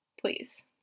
please